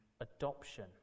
adoption